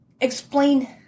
Explain